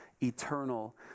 eternal